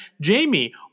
Jamie